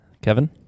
Kevin